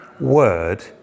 word